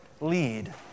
lead